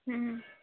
हूँ